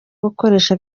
gukoresha